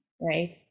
right